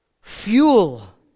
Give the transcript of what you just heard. fuel